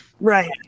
Right